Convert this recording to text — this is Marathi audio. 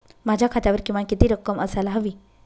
माझ्या खात्यावर किमान किती रक्कम असायला हवी?